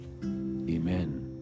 Amen